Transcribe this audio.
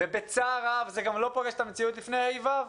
ובצער רב זה גם לא פוגש את המציאות לפני ה'-ו'.